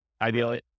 Ideally